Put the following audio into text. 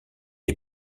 est